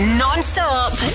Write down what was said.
non-stop